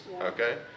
okay